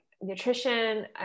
nutrition